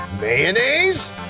Mayonnaise